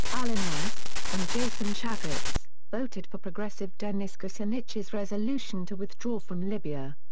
allen west, and jason chaffetz, voted for progressive dennis kucinich's resolution to withdraw from libya.